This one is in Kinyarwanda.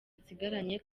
nsigaranye